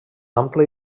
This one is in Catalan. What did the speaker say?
ample